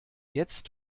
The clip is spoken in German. jetzt